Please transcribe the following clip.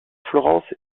florence